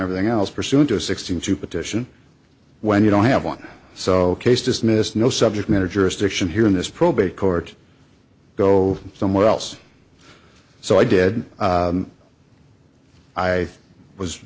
everything else pursuant to a sixteen to petition when you don't have one so case dismissed no subject matter jurisdiction here in this probate court go somewhere else so i did i was